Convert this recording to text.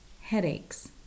Headaches